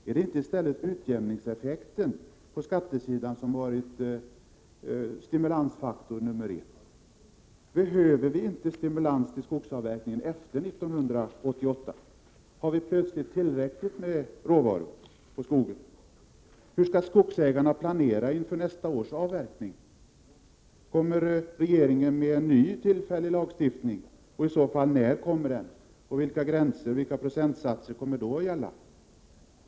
Är det inte i stället utjämningseffekten på skattesidan som varit stimulansfaktor nummer ett. Behöver vi inte en stimulans till skogsavverkning efter 1988? Har vi plötsligt tillräckligt med råvaror från skogen? Och hur skall skogsägarna planera inför nästa års avverkning? Kommer regeringen att lägga fram förslag om en ny tillfällig lagstiftning? När kommer i så fall det förslaget? Vilka procentsatser och vilka gränser kommer då att gälla?